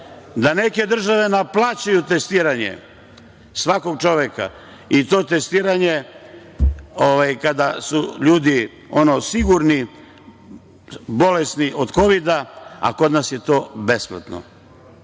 da neke države naplaćuju testiranje svakog čoveka i to testiranje kada su ljudi sigurni, bolesni od kovida, a kod nas je to besplatno.